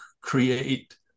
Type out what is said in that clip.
create